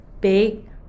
big